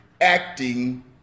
acting